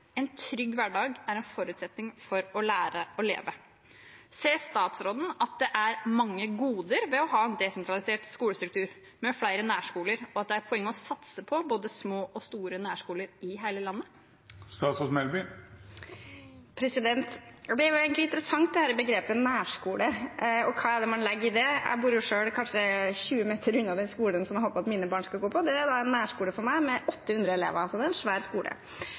En trygg hverdag er en forutsetning for å lære og leve. Ser statsråden at det er mange goder ved å ha en desentralisert skolestruktur med flere nærskoler, og at det er et poeng å satse på både små og store nærskoler i hele landet? Det er egentlig interessant dette begrepet nærskole og hva man legger i det. Jeg bor selv kanskje 20 meter unna den skolen jeg håper at mine barn skal gå på. Det er da en nærskole for meg – med 800 elever, så det er en svær skole.